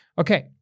Okay